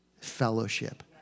fellowship